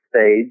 stage